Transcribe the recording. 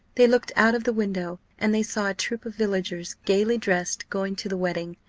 they looked out of the window, and they saw a troop of villagers, gaily dressed, going to the wedding.